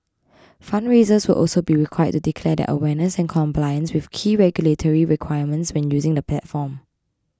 fundraisers will also be required to declare their awareness and compliance with key regulatory requirements when using the platform